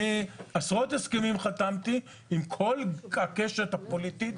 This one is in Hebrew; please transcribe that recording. אני עשרות הסכמים חתמתי עם כל הקשת הפוליטית.